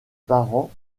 parents